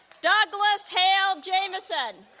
douglass hale jamison